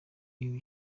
ibi